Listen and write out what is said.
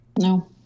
no